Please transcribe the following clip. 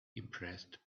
impressed